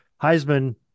heisman